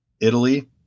Italy